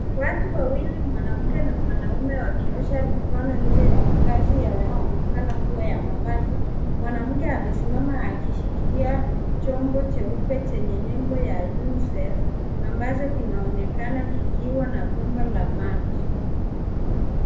Watu wawili, mwanaume na mwanamke wakiosha mikono nje ya makazi yanayoonekana kuwa ya mabati. Mwanamke amesimama akishikilia chombo cheupe chenye nembo ya UNICEF ambayo kinaonekana kikiwa na maji.